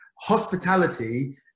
Hospitality